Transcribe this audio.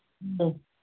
ꯎꯝ